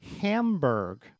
Hamburg